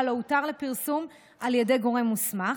לא הותר לפרסום על ידי גורם מוסמך.